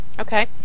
Okay